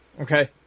okay